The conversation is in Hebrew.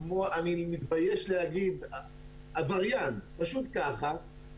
כמו אני מתבייש להגיד, עבריין, פשוט ככה.